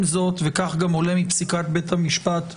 עם זאת, וכך גם עולה מפסיקת בית המשפט העליון,